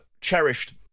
cherished